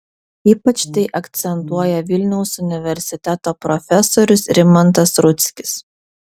ypač tai akcentuoja vilniaus universiteto profesorius rimantas rudzkis